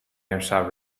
امشب